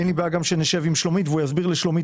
אין לי גם בעיה שנשב עם שלומית והוא יסביר את הקושי